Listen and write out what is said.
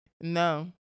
No